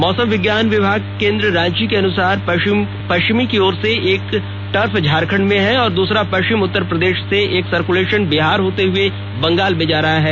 मौसम विज्ञान केंद्र रांची के अनुसार पश्चिम की ओर से एक टर्फ झारखंड में है और दूसरा पश्चिमी उत्तर प्रदेश से एक सर्कुलेशन बिहार होते बंगाल में जा रहा है